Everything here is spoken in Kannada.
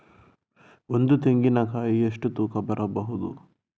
ಒಂದು ತೆಂಗಿನ ಕಾಯಿ ಎಷ್ಟು ತೂಕ ಬರಬಹುದು?